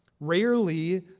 Rarely